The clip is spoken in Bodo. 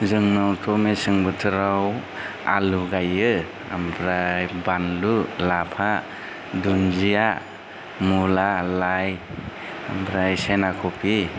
जोंनावथ' मेसें बोथोराव आलु गायो ओमफ्राय बानलु लाफा धुनदिया मुला लाइ ओमफ्राय सेना खफि